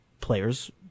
players